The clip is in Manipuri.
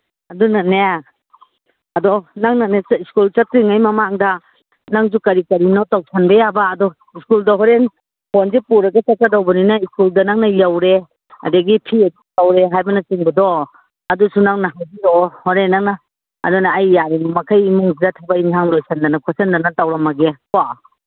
ꯑꯗꯨꯅꯅꯦ ꯑꯗꯣ ꯅꯪꯅꯅꯦ ꯁ꯭ꯀꯨꯜ ꯆꯠꯇ꯭ꯔꯤꯉꯩ ꯃꯃꯥꯡꯗ ꯅꯪꯁꯨ ꯀꯔꯤ ꯀꯔꯤꯅꯣ ꯇꯧꯁꯤꯟꯕ ꯌꯥꯕ ꯑꯗꯣ ꯁ꯭ꯀꯨꯜꯗ ꯍꯣꯔꯦꯟ ꯐꯣꯟꯁꯦ ꯄꯨꯔꯒ ꯆꯠꯀꯗꯕꯅꯤꯅ ꯁ꯭ꯀꯨꯜꯗ ꯅꯪꯅ ꯌꯧꯔꯦ ꯑꯗꯒꯤ ꯄꯦ ꯇꯧꯔꯦ ꯍꯥꯏꯕꯅꯆꯤꯡꯕꯗꯣ ꯑꯗꯨꯁꯨ ꯅꯪꯅ ꯍꯥꯏꯕꯤꯔꯛꯑꯣ ꯍꯣꯔꯦꯟ ꯅꯪꯅ ꯑꯗꯨꯅ ꯑꯩ ꯌꯥꯔꯤꯕ ꯃꯈꯩ ꯏꯃꯨꯡꯁꯤꯗ ꯊꯕꯛ ꯏꯟꯈꯥꯡ ꯂꯣꯏꯁꯤꯟꯗꯅ ꯈꯣꯠꯆꯤꯟꯗꯅ ꯇꯧꯔꯝꯃꯒꯦ ꯀꯣ